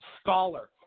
scholar